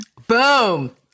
Boom